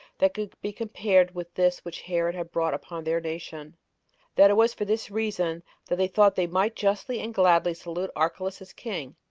that could be compared with this which herod had brought upon their nation that it was for this reason that they thought they might justly and gladly salute archelaus as king,